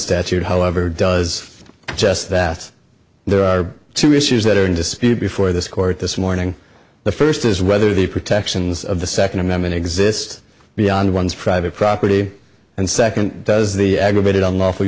statute however does just that there are two issues that are in dispute before this court this morning the first is whether the protections of the second amendment exist beyond one's private property and second does the aggravated unlawful